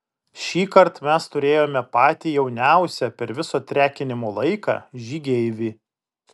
šįkart mes turėjome patį jauniausią per visą trekinimo laiką žygeivį